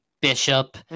Bishop